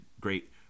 great